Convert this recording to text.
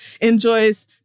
enjoys